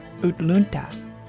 Utlunta